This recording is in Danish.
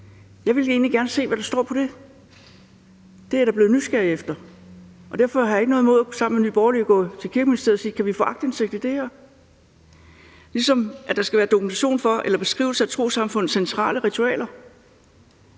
Jeg ville egentlig gerne se, hvad der står på det. Det er jeg da blevet nysgerrig efter, og derfor har jeg ikke noget imod sammen med Nye Borgerlige at gå til Kirkeministeriet og sige: Kan vi få aktindsigt i det her? Ligesådan skal der være dokumentation for eller beskrivelse af trossamfundets centrale ritualer.